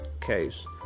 case